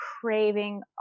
craving